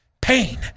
Pain